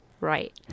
Right